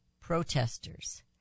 protesters